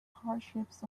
hardships